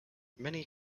many